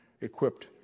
equipped